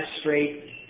straight